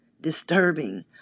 disturbing